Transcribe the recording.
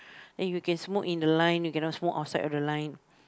then you can smoke in the line you can not smoke outside the line